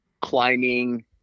climbing